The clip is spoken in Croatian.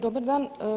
Dobar dan.